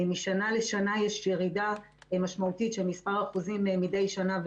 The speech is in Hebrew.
משנה לשנה יש ירידה משמעותית של האחוזים מדי שנה,